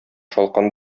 шалкан